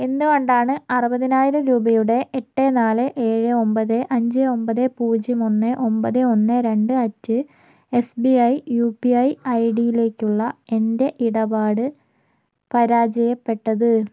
എന്തുകൊണ്ടാണ് അറുപതിനായിരം രൂപയുടെ എട്ട് നാല് ഏഴ് ഒമ്പത് അഞ്ച് ഒമ്പത് പൂജ്യം ഒന്ന് ഒമ്പത് ഒന്ന് രണ്ട് അറ്റ് എസ്ബിഐ യുപിഐ ഐഡിയിലേക്കുള്ള എൻ്റെ ഇടപാട് പരാജയപ്പെട്ടത്